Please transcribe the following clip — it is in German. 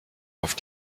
auf